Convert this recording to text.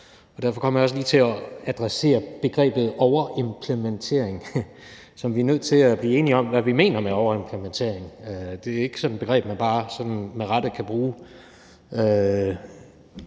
Derfor kommer jeg også lige til adressere begrebet overimplementering, som vi er nødt til at blive enige om hvad vi mener med. Det er ikke sådan et begreb, man bare kan bruge